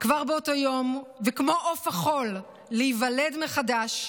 כבר באותו היום, וכמו עוף החול להיוולד מחדש,